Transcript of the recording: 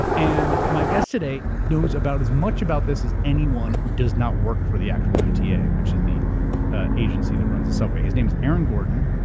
and my guest today knows about as much about this as anyone who does not work for the actual mta, which is the ah agency that runs the subway. his name is aaron gordon.